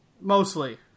Mostly